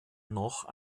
noch